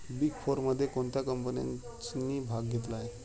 Big फोरमध्ये कोणत्या कंपन्यांनी भाग घेतला आहे?